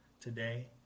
today